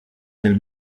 del